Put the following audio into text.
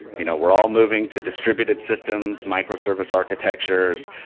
you know we're all moving to distributed systems, microservice architectures.